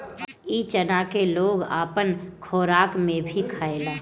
इ चना के लोग अपना खोराक में भी खायेला